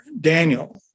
Daniel